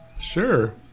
sure